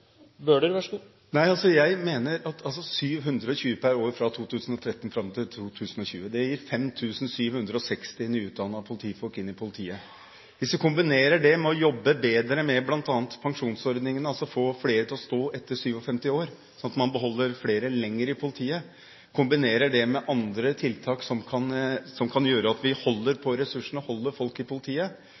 720 per år fra 2013 fram til 2020 gir 5 760 nyutdannede politifolk inn i politiet. Vi må kombinere det å jobbe bedre med bl.a. pensjonsordningene – altså få flere til å stå etter 57 år, slik at man beholder flere lenger i politiet – med andre tiltak som kan gjøre at vi holder på ressursene, holder folk i politiet.